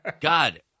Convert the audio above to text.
God